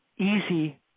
easy